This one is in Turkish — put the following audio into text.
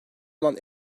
olan